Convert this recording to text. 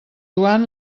joan